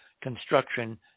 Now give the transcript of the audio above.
construction